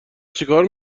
چیکار